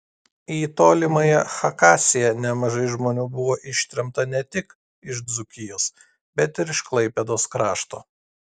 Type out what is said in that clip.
į tolimąją chakasiją nemažai žmonių buvo ištremta ne tik iš dzūkijos bet ir iš klaipėdos krašto